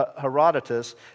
Herodotus